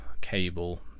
cable